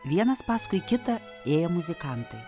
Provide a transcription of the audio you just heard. vienas paskui kitą ėjo muzikantai